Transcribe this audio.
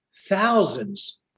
Thousands